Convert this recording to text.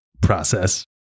process